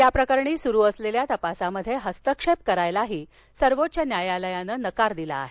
या प्रकरणी सुरू असलेल्या तपासामध्ये हस्तक्षेप करायलाही सर्वोच्च न्यायालयानं नकार दिला आहे